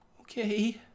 Okay